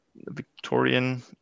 Victorian